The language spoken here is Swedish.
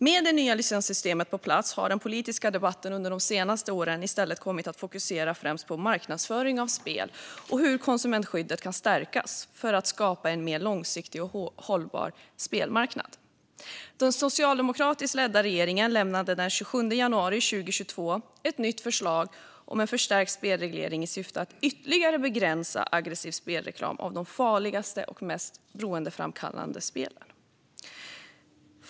Med det nya licenssystemet på plats har den politiska debatten under senare år i stället kommit att fokusera främst på marknadsföring av spel och hur konsumentskyddet kan stärkas för att skapa en mer långsiktig och hållbar spelmarknad. Den socialdemokratiskt ledda regeringen lämnade den 27 januari 2022 ett nytt förslag om en förstärkt spelreglering i syfte att ytterligare begränsa aggressiv spelreklam av de farligaste och mest beroendeframkallande spelen.